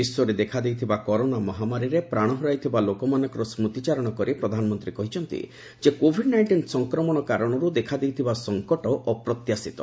ବିଶ୍ୱରେ ଦେଖାଦେଇଥିବା କରୋନା ମହାମାରୀରେ ପ୍ରାଣ ହରାଇଥିବା ଲୋକମାନଙ୍କର ସ୍କୁତିଚାରଣ କରି ପ୍ରଧାନମନ୍ତ୍ରୀ କହିଛନ୍ତି ଯେ କୋଭିଡ୍ ନାଇଷ୍ଟିନ୍ ସଂକ୍ରମଣ କାରଣରୁ ଦେଖାଦେଇଥିବା ସଂକଟ ଅପ୍ରତ୍ୟାଶିତ